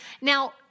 Now